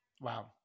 Wow